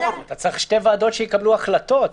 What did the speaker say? צריך שתי ועדות שיקבלו החלטות.